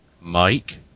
Mike